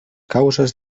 causes